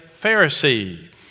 Pharisee